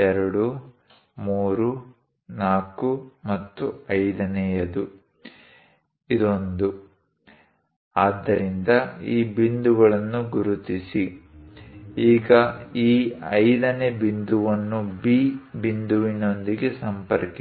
2 3 4 ಮತ್ತು 5 ನೇಯದು ಇದೊಂದು ಆದ್ದರಿಂದ ಈ ಬಿಂದುಗಳನ್ನು ಗುರುತಿಸಿ ಈಗ ಈ 5 ನೇ ಬಿಂದುವನ್ನು B ಬಿಂದುವಿನೊಂದಿಗೆ ಸಂಪರ್ಕಿಸಿ